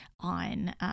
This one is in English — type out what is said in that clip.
on